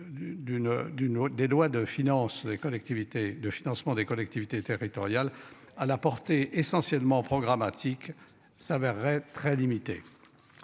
de financement des collectivités territoriales à la portée essentiellement programmatique s'avérerait très limitée.